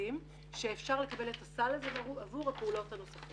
המקלטים שאפשר לקבל את הסל הזה עבור הפעולות הנוספות.